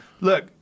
Look